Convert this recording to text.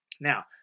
Now